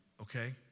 Okay